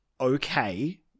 okay